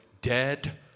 Dead